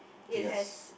yes